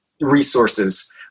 resources